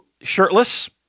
shirtless